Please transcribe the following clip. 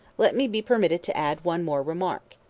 let me be permitted to add one more remark.